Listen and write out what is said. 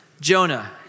Jonah